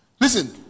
Listen